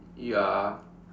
you are